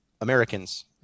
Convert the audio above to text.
americans